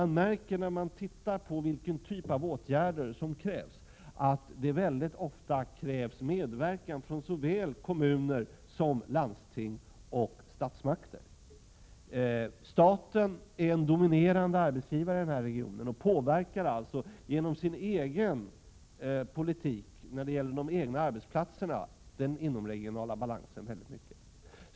När man tittar på vilken typ av åtgärder som erfordras, märker man att det väldigt ofta krävs medverkan från såväl kommuner som landsting och statsmakt. Staten är en dominerande arbetsgivare i den här regionen och påverkar alltså genom sin egen politik när det gäller de egna arbetsplatserna den inomregionala balansen väldigt mycket.